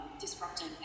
disrupting